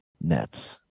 Nets